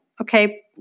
Okay